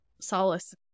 solace